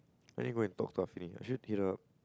I need go and talk to I should hit her up